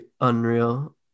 unreal